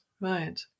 Right